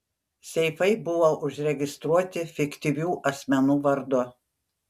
seifai buvo užregistruoti fiktyvių asmenų vardu